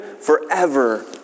forever